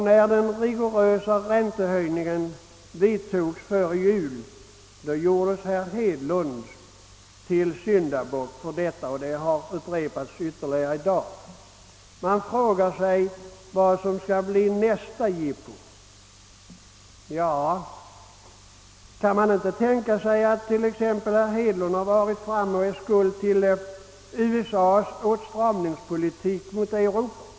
När den rigorösa räntehöjningen vidtogs före jul, gjordes herr Hedlund till syndabock för detta, och det har upprepats ytterligare i dag. Man frågar sig vad som skall bli nästa jippo. Kan man inte tänka sig att t.ex. herr Hedlund har varit framme och är skuld till USA:s åtstramningspolitik gentemot Europa?